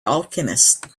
alchemist